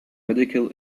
medical